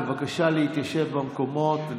בבקשה להתיישב במקומות.